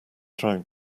trying